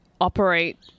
operate